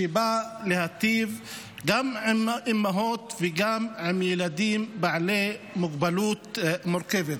שבא להיטיב גם עם אימהות וגם עם ילדים בעלי מוגבלות מורכבת.